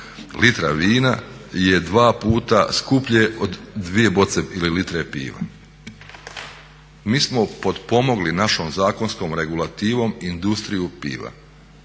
litra vina je dva puta skuplje od dvije boce ili litre piva. Mi smo potpomogli našom zakonskom regulativom industriju piva.